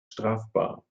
strafbar